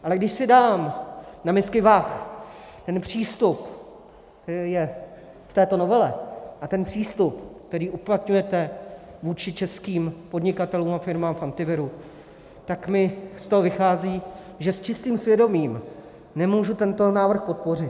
Ale když si dám na misky vah přístup k této novele a přístup, který uplatňujete vůči českým podnikatelům a firmám v Antiviru, tak mi z toho vychází, že s čistým svědomím nemůžu tento návrh podpořit.